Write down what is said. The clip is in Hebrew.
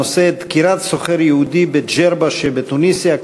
הנושא: דקירת סוחר יהודי בג'רבה שבתוניסיה.